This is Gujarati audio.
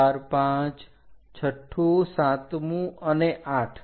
12345 છઠ્ઠું સાતમુ અને 8